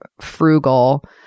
frugal